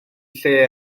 lle